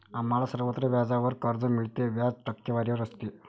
आम्हाला सर्वत्र व्याजावर कर्ज मिळते, व्याज टक्केवारीवर असते